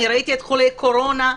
ראיתי את חולי הקורונה.